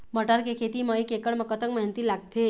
मटर के खेती म एक एकड़ म कतक मेहनती लागथे?